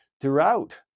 throughout